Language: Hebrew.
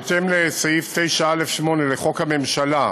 בהתאם לסעיף 9(א)(8) לחוק הממשלה,